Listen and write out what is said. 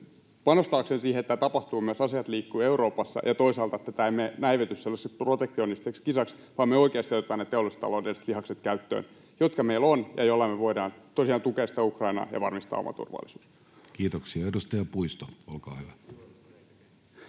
panostaakseen siihen, että tämä tapahtuu ja asiat myös liikkuvat Euroopassa, ja toisaalta siihen, että tämä ei näivety sellaiseksi protektionistiseksi kisaksi, vaan me oikeasti otetaan käyttöön ne teollis-taloudelliset lihakset, jotka meillä on ja joilla me voidaan tosiaan tukea Ukrainaa ja varmistaa oma turvallisuutemme. Kiitoksia. — Edustaja Puisto, olkaa hyvä.